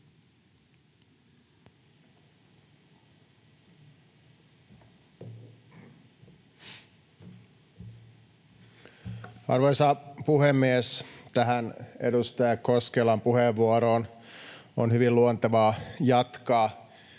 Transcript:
Arvoisa puhemies! Tästä edustaja Koskelan puheenvuorosta on hyvin luontevaa jatkaa.